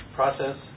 process